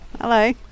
hello